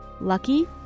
lucky